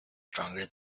stronger